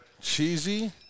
Cheesy